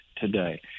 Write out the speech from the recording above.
today